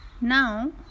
Now